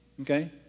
okay